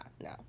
no